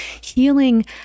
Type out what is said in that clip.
healing